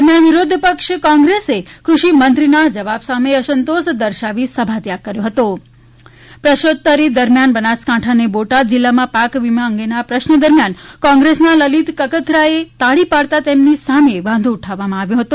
દરમિયાન વિરોધ પક્ષ કોંગ્રેસે કૃષિમંત્રીના જવાબ સામે અસંતોષ દર્શાવી સભાત્યાગ કર્યો હતો પ્રશ્નોતરી દરમિયાન બનાસકાંઠા અને બોટાદ જિલ્લામાં પાક વીમા અંગેના પ્રશ્ન દરમિયાન કોગ્રેસના લલીત કગથરાએ તાળી પાડતા તેની સામે વાંધો ઉઠાવવામા આવ્યો હતો